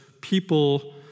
people